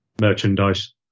merchandise